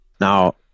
Now